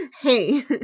hey